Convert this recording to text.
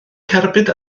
cerbyd